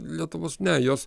lietuvos ne jos